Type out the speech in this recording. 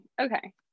okay